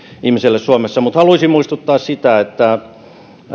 suomessa mutta haluaisin muistuttaa siitä että